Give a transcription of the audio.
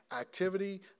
activity